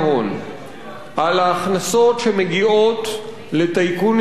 על ההכנסות שמגיעות לטייקונים ולמיליארדרים